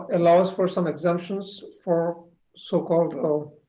allows for some exemptions for so-call